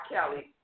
Kelly